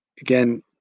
again